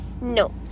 No